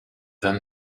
then